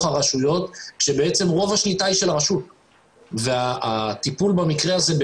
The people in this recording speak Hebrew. הרשויות כאשר בעצם רוב השליטה היא של הרשות והטיפול במקרה הזה,